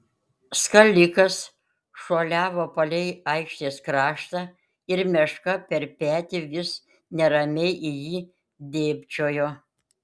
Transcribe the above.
skalikas šuoliavo palei aikštės kraštą ir meška per petį vis neramiai į jį dėbčiojo